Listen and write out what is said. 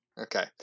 Okay